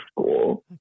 school